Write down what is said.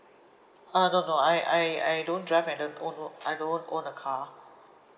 uh no no I I I don't drive I don't own I don't own a car